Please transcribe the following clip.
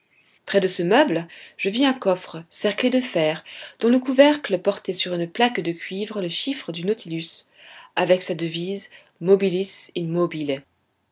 près de ce meuble je vis un coffre cerclé de fer dont le couvercle portait sur une plaque de cuivre le chiffre du nautilus avec sa devise mobilis